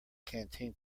canteen